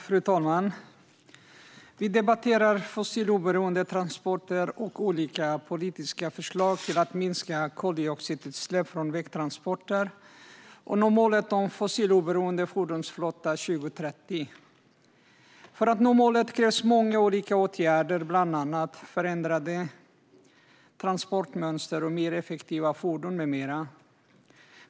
Fru talman! Vi debatterar fossiloberoende transporter och olika politiska förslag för att minska koldioxidutsläpp från vägtransporter och nå målet om en fossiloberoende fordonsflotta 2030. För att nå målet krävs många olika åtgärder, bland annat förändrade transportmönster och mer effektiva fordon med mera.